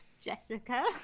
Jessica